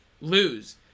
lose